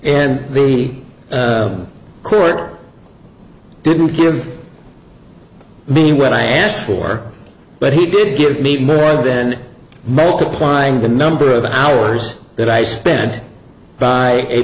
and the court didn't give me when i asked for but he did give me more then multiplying the number of hours that i spent by a